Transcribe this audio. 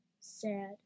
sad